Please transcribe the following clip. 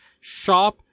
shop